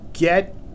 Get